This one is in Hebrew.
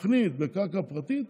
תוכנית בקרקע פרטית,